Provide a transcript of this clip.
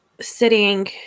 sitting